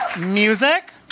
Music